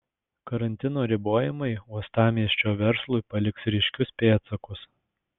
karantino ribojimai uostamiesčio verslui paliks ryškius pėdsakus